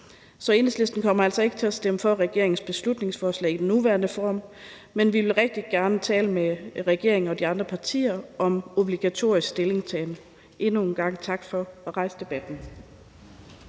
Så Enhedslisten kommer altså ikke til at stemme for regeringens beslutningsforslag i dets nuværende form, men vi vil rigtig gerne tale med regeringen og de andre partier om obligatorisk stillingtagen. Endnu en gang tak for at rejse debatten.